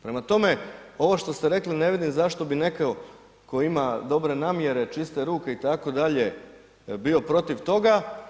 Prema tome, ovo što ste rekli ne vidim zašto bi netko tko ima dobre namjere, čiste ruke itd., bio protiv toga.